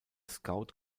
scout